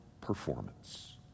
performance